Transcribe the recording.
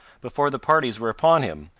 before the parties were upon him,